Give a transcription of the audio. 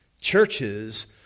Churches